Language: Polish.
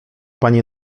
pani